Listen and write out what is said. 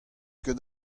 ket